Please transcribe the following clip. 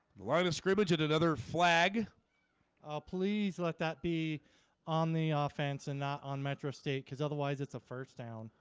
line of scrimmage at another flag please let that be on the ah offense and not on metro state because otherwise it's a first down.